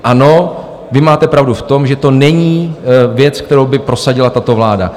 Ano, vy máte pravdu v tom, že to není věc, kterou by prosadila tato vláda.